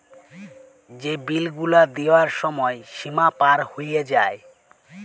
যে বিল গুলা দিয়ার ছময় সীমা পার হঁয়ে যায়